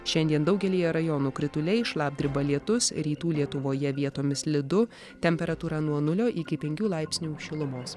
šiandien daugelyje rajonų krituliai šlapdriba lietus rytų lietuvoje vietomis slidu temperatūra nuo nulio iki penkių laipsnių šilumos